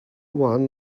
one